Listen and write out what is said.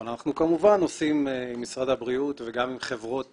אבל אנחנו כמובן עושים עם משרד הבריאות וגם עם חברות